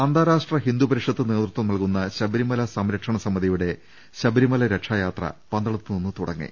അന്താരാഷ്ട്രി ഹിന്ദു പരിഷത്ത് നേതൃത്വം നൽകുന്ന ശബരി മല സംരക്ഷണ്ഡസമിതിയുടെ ശബരിമല രക്ഷായാത്ര പന്തളത്തു നിന്ന് തുടങ്ങി